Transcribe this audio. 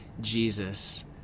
Jesus